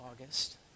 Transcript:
August